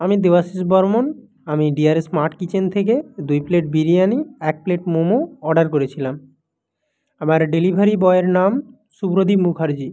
আমি দেবশিষ বর্মন আমি dearest smart kitchen থেকে দুই প্লেট বিরিয়ানি এক প্লেট মোমো অর্ডার করেছিলাম আমার ডেলিভারি বয়ের নাম শুভ্রদিপ মুখার্জী